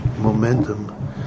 momentum